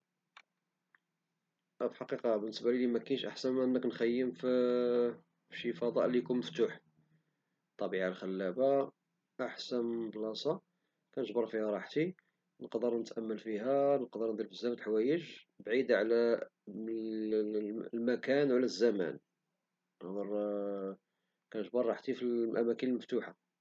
في الحقيقة بالنسبة ليلي مكينش أحسن أنك تخيم في شي فضاء لي يكون مفتوح، الطبيعة الخلابة أحسن بلاصة كنجبر فيها راحتي نقدر نتأمل فيها نقدر نعمل بزاف د الحوايج بعيدة على المكان وعلى الزمان، كنجبر راحتي في الأماكن المفتوحة.